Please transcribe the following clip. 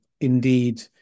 indeed